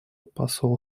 посол